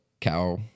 cow